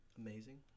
amazing